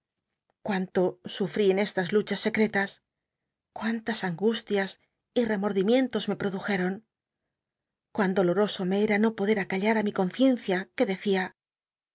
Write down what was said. o ufd con estas luchas secretas cuántas angustias y remord imientos me p odujeron cuán doloroso me era no poder acallar á mi conciencia que decía